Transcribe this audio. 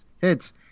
hits